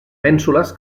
mènsules